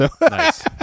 Nice